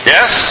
Yes